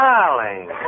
Darling